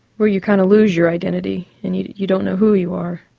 where you kind of lose your identity, and you you don't know who you are.